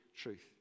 truth